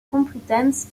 complutense